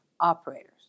operators